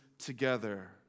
together